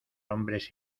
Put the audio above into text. hombres